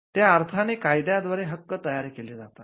त्या अर्थाने कायद्या द्वारे हक्क तयार केले जातात